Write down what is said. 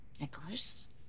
Nicholas